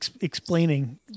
Explaining